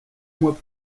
mois